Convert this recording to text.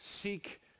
seek